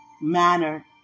manner